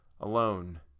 alone